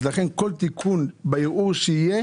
לכן כל תיקון שיהיה